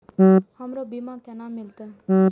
हमरो बीमा केना मिलते?